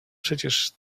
przecież